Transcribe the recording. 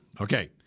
okay